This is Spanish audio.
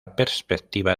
perspectiva